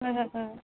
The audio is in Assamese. হয় হয় হয়